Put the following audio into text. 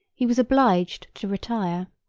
he was obliged to retire.